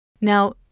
Now